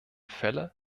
fälle